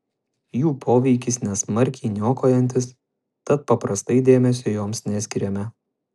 jų poveikis nesmarkiai niokojantis tad paprastai dėmesio joms neskiriame